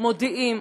מודיעים.